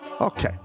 Okay